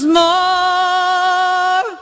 more